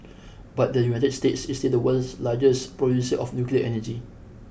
but the United States is still the world's largest producer of nuclear energy